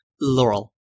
Laurel